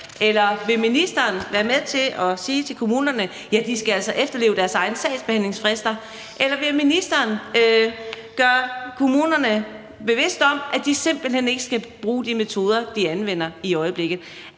Eller vil ministeren være med til at sige til kommunerne, at de altså skal efterleve deres egne sagsbehandlingsfrister? Eller vil ministeren gøre kommunerne bevidst om, at de simpelt hen ikke skal bruge de metoder, de anvender i øjeblikket?